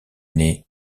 née